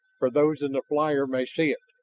for those in the flyer may see it.